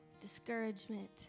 discouragement